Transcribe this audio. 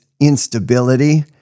instability